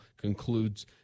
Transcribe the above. concludes